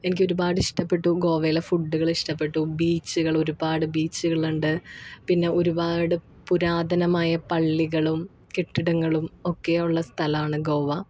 എനിക്കൊരുപാട് ഇഷ്ടപ്പെട്ടു ഗോവയിലെ ഫുഡുകള് ഇഷ്ടപ്പെട്ടു ബീച്ചുകള് ഒരുപാട് ബീച്ചുകളുണ്ട് പിന്നെ ഒരുപാട് പുരാതനമായ പള്ളികളും കെട്ടിടങ്ങളും ഒക്കെയുള്ള സ്ഥലമാണ് ഗോവ